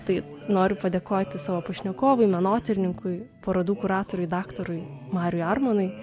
tai noriu padėkoti savo pašnekovui menotyrininkui parodų kuratoriui daktarui mariui armonui